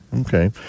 Okay